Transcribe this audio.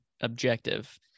objective